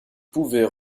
pouvait